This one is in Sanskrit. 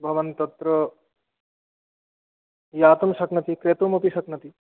भवान् तत्र यातुं शक्नोति क्रेतुमपि शक्नोति